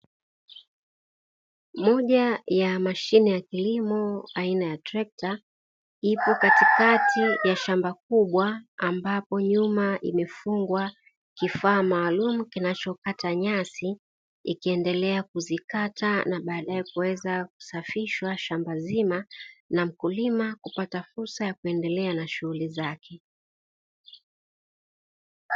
Moja ya mashine ya kilimo aina ya trekta, ipo katikati ya shamba kubwa ambapo nyuma imefungwa kifaa maalumu kinachokata nyasi ikiendelea kuzikata na baadaye kuweza kusafishwa shamba zima, na mkulima kupata fursa ya kuendelea na shughuli zake.